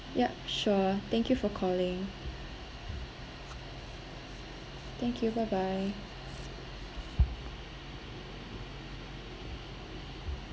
yup sure thank you for calling thank you bye bye